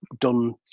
done